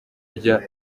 rya